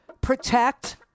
protect